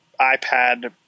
iPad